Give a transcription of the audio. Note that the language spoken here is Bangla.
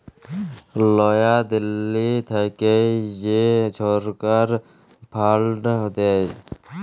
লয়া দিল্লী থ্যাইকে যে ছরকার ফাল্ড দেয়